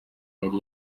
yari